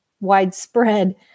widespread